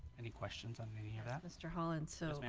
any questions on any of that mr. holland so